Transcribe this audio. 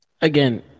Again